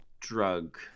drug